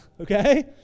okay